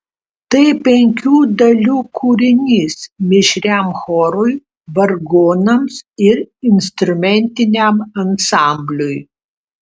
tai penkių dalių kūrinys mišriam chorui vargonams ir instrumentiniam ansambliui